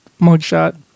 mugshot